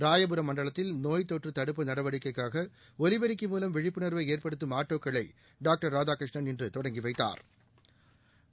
ரயாபுரம் மண்டலத்தில் நோய்த்தொற்று தடுப்பு நடவடிக்கைக்காக ஒலிப்பெருக்கி மூலம் விழிப்புணா்வை ஏற்படுத்தும் ஆட்டோக்களை டாக்டர் ராதாகிருஷ்ணன் இன்று தொடங்கி வைத்தாா்